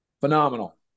Phenomenal